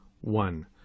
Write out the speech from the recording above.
One